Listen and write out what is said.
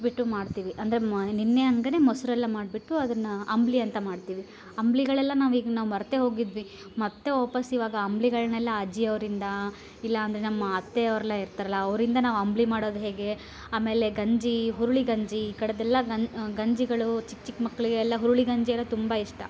ಇಟ್ಬಿಟ್ಟು ಮಾಡ್ತೀವಿ ಅಂದರೆ ನಿನ್ನೆ ಹಾಗನೆ ಮೊಸರೆಲ್ಲ ಮಾಡ್ಬಿಟ್ಟು ಅದನ್ನ ಅಂಬಲಿ ಅಂತ ಮಾಡ್ತೀವಿ ಅಂಬ್ಲಿಗಳೆಲ್ಲ ನಾವೀಗ ನಾವು ಮರೆತೇ ಹೋಗಿದ್ವಿ ಮತ್ತು ವಾಪಾಸ್ಸು ಇವಾಗ ಅಂಬ್ಲಿಗಳ್ನೆಲ್ಲ ಅಜ್ಜಿಯವರಿಂದ ಇಲ್ಲಾಂದರೆ ನಮ್ಮ ಅತ್ತೆಯವರೆಲ್ಲ ಇರ್ತಾರಲ್ಲ ಅವರಿಂದ ನಾವು ಅಂಬಲಿ ಮಾಡೋದು ಹೇಗೆ ಆಮೇಲೆ ಗಂಜಿ ಹುರ್ಳಿ ಗಂಜಿ ಈ ಕಡದೆಲ್ಲ ಗಂಜಿಗಳು ಚಿಕ್ಕ ಚಿಕ್ಕ ಮಕ್ಕಳಿಗೆಲ್ಲ ಹುರ್ಳಿ ಗಂಜಿ ಎಲ್ಲಾ ತುಂಬಾ ಇಷ್ಟ